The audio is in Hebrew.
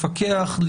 לפקח,